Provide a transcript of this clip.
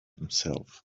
himself